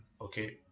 Okay